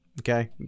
Okay